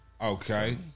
Okay